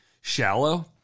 shallow